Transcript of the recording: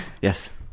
yes